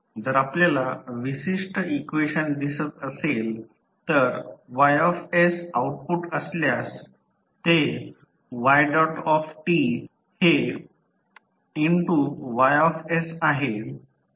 जर आपल्याला विशिष्ट इक्वेशन दिसत असेल तर Ys आउटपुट असल्यास ते yt हे sYs आहे yt हे s2Ys आहे